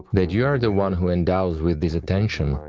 that you are the one who endows with this attention,